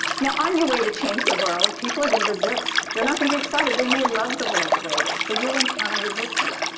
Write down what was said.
now, on your way to change the world, people are going to resist. they're not going to be excited, they may love the world the way it is. so you'll encounter resistance.